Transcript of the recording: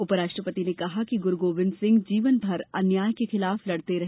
उपराष्ट्रपति ने कहा कि गुरु गोविन्द सिंह जीवनभर अन्याय के खिलाफ लड़ते रहे